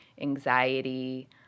anxiety